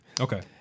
Okay